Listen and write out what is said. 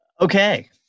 okay